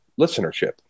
listenership